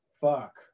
fuck